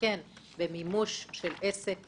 במימוש של עסק,